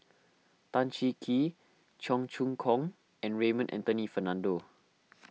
Tan Cheng Kee Cheong Choong Kong and Raymond Anthony Fernando